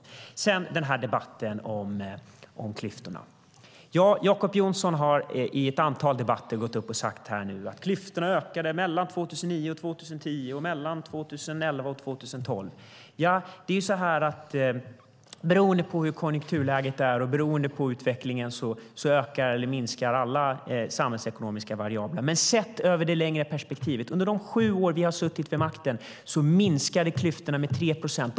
När det sedan gäller debatten om klyftorna har Jacob Johnson i ett antal debatter gått upp i talarstolen och sagt att klyftorna ökade mellan 2009 och 2010 och mellan 2011 och 2012. Det är ju så att alla samhällsekonomiska variabler ökar eller minskar beroende på hur konjunkturläget är och beroende på utvecklingen. Sett över det längre perspektivet, under de sju år vi har suttit vid makten, har dock klyftorna minskat med 3 procent.